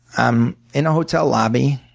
i'm in a hotel lobby.